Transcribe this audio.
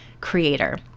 creator